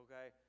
okay